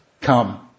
come